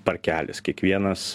parkelis kiekvienas